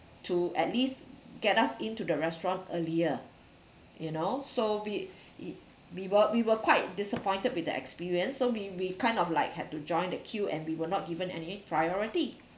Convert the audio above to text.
to at least get us into the restaurant earlier you know so we it we were we were quite disappointed with the experience so we we kind of like had to join the queue and we were not given any priority